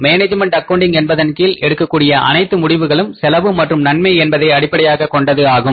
management accounting என்பதன் கீழ் எடுக்கக்கூடிய அனைத்து முடிவுகளும் செலவு மற்றும் நன்மை என்பதை அடிப்படையாகக் கொண்டது ஆகும்